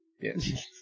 Yes